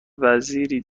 وزیری